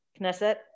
Knesset